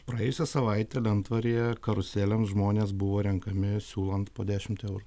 praėjusią savaitę lentvaryje karuselėms žmonės buvo renkami siūlant po dešimt eurų